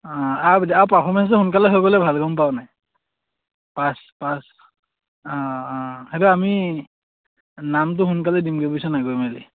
অঁ আৰু আৰু পাৰ্ফমেঞ্চটো সোনকালে হৈ গ'লে ভাল গম পাৱনে পাছ পাছ অঁ অঁ সেইটো আমি নামটো সোনকালে দিমগে বুইছনে গৈ মেলি